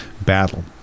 battle